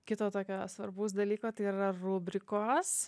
kito tokio svarbaus dalyko tai yra rubrikos